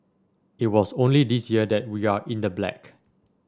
it was only this year that we are in the black